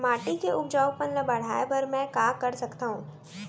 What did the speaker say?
माटी के उपजाऊपन ल बढ़ाय बर मैं का कर सकथव?